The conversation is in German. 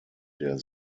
der